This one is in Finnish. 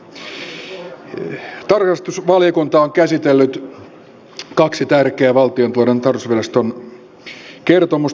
tarkastusvaliokunta on käsitellyt kaksi tärkeää valtiontalouden tarkastusviraston kertomusta